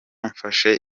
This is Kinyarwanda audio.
mfashe